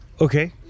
Okay